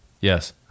yes